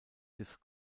des